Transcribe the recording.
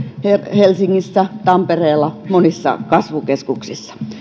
helsingissä tampereella monissa kasvukeskuksissa